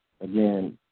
again